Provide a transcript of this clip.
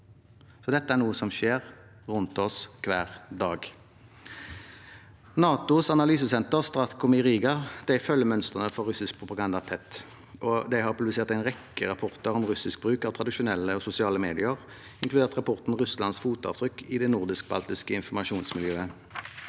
dette er noe som skjer rundt oss hver dag. NATOs analysesenter StratCom i Riga følger mønstrene for russisk propaganda tett, og de har publisert en rekke rapporter om russisk bruk av tradisjonelle og sosiale medier, inkludert rapporten Russlands fotavtrykk i det nordisk-baltiske informasjonsmiljøet.